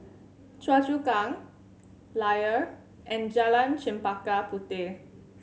Choa Chu Kang Layar and Jalan Chempaka Puteh